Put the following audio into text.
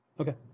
okay